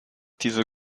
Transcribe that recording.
diese